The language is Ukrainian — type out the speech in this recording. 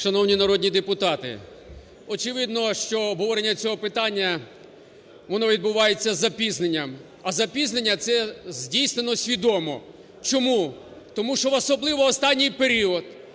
Шановні народні депутати, очевидно, що обговорення цього питання, воно відбувається із запізненням, а запізнення це здійснено свідомо. Чому? Тому що особливо в останній період,